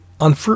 On